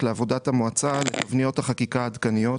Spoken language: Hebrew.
לעבודת המועצה לפניות החקיקה העדכניות,